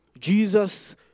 Jesus